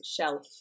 shelf